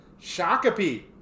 Shakopee